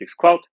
Cloud